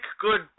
good